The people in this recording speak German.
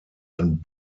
ein